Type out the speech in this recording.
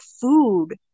food